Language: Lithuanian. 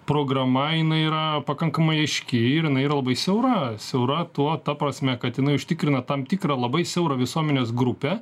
programa jinai yra pakankamai aiški ir jinai yra labai siaura siaura tuo ta prasme kad jinai užtikrina tam tikrą labai siaurą visuomenės grupę